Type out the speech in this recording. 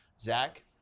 Zach